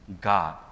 God